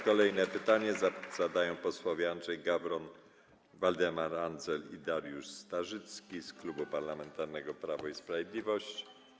Kolejne pytanie zadają posłowie Andrzej Gawron, Waldemar Andzel i Dariusz Starzycki z Klubu Parlamentarnego Prawo i Sprawiedliwość.